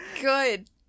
good